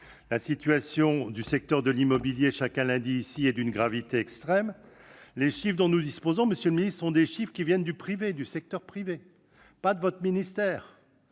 La situation du secteur de l'immobilier, chacun l'a dit ici, est d'une gravité extrême. Les chiffres dont nous disposons, monsieur le ministre, proviennent du secteur privé, non de votre ministère.